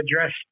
address